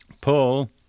Paul